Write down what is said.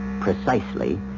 precisely